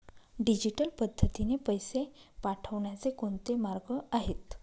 Digital पद्धतीने पैसे पाठवण्याचे कोणते मार्ग आहेत?